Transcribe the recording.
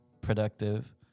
productive